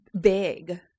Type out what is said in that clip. big